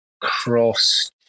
cross